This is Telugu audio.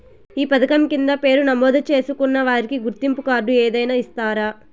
ఈ పథకం కింద పేరు నమోదు చేసుకున్న వారికి గుర్తింపు కార్డు ఏదైనా ఇస్తారా?